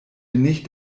nicht